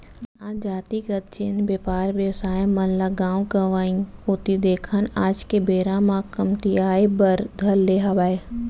आज जातिगत जेन बेपार बेवसाय मन ल गाँव गंवाई कोती देखन आज के बेरा म कमतियाये बर धर ले हावय